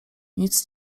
nic